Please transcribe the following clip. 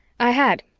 i had,